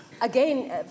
Again